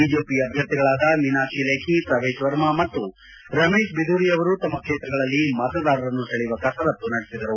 ಬಿಜೆಪಿಯ ಅಭ್ಯರ್ಥಿಗಳಾದ ಮೀನಾಕ್ಷಿ ಲೇಖಿ ಶ್ರವೇಶ್ ವರ್ಮ ಮತ್ತು ರಮೇಶ್ ಬಿದೂರಿ ಅವರು ತಮ್ಮ ಕ್ಷೇತ್ರಗಳಲ್ಲಿ ಮತದಾರನ ಸೆಳೆಯುವ ಕಸರತ್ತು ನಡೆಸಿದರು